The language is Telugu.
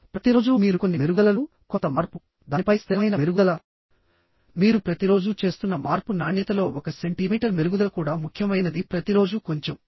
ప్రతిరోజూ మీరు కొన్ని మెరుగుదలలు కొంత మార్పు దానిపై స్థిరమైన మెరుగుదల మీరు ప్రతిరోజూ చేస్తున్న మార్పు నాణ్యతలో ఒక సెంటీమీటర్ మెరుగుదల కూడా ముఖ్యమైనది ప్రతిరోజూ కొంచెం